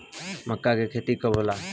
मक्का के खेती कब होला?